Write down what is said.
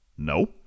No